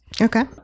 Okay